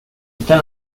están